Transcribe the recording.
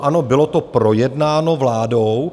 Ano, bylo to projednáno vládou.